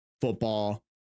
football